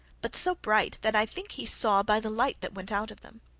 but so bright that i think he saw by the light that went out of them.